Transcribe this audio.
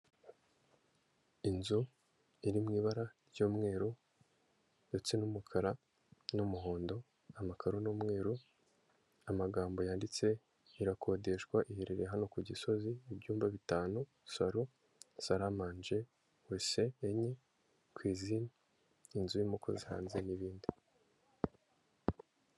Inzu iri mu ibara ry'umweru ndetse n'umukara n'umuhondo, amakaro ni umweru, amagambo yanditse, irakodeshwa, iherereye hano ku Gisozi, ibyumba bitanu salo, saramanje, wesi enye, kwizine, inzu y'umukozi hanze n'ibindi.